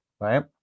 Right